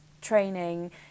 training